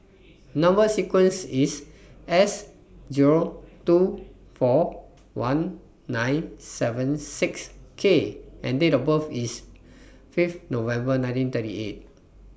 Number sequence IS S two four one nine seven six K and Date of birth IS five November one nine three eight